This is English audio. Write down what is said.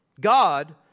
God